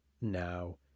now